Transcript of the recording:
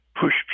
push